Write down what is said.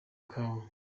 kawe